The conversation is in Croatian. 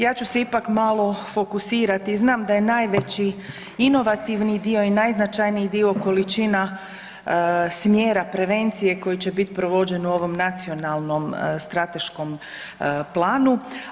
Ja ću se ipak malo fokusirati, znam da je najveći inovativni dio i najznačajniji dio količina smjera, prevencije koji će bit provođen u ovom nacionalnom strateškom planu.